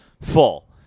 full